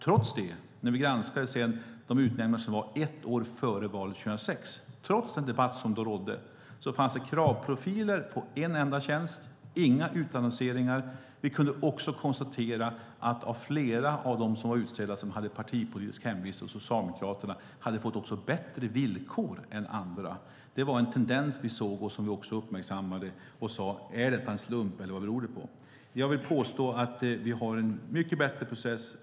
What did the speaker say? När vi sedan granskade de utnämningar som skett ett år före valet 2006 fanns det, trots den debatt som då pågick, kravprofiler på en enda tjänst och inga utannonseringar. Vi kunde även konstatera att flera av de utsedda som hade partipolitisk hemvist hos Socialdemokraterna fått bättre villkor än andra. Det var en tendens vi såg och uppmärksammade. Vi frågade: Är detta en slump eller vad beror det på? Jag vill påstå att vi nu har en mycket bättre process.